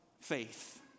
faith